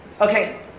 Okay